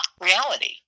reality